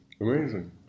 Amazing